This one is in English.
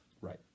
Right